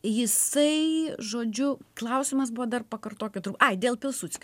jisai žodžiu klausimas buvo dar pakartokit ai dėl pilsudskio